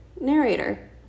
narrator